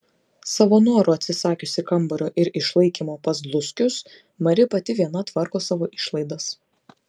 savo noru atsisakiusi kambario ir išlaikymo pas dluskius mari pati viena tvarko savo išlaidas